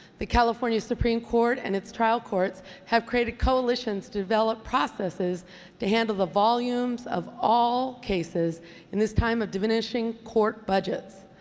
the california supreme court and its trial courts have created coalitions-developed processes to handle the volumes of all cases in this time of diminishing court budgets,